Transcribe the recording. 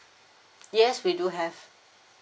yes we do have